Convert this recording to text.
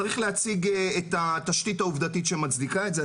צריך להציג את התשתית העובדתית שמצדיקה את זה,